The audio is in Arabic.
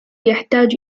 يحتاج